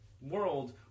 world